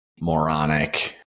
moronic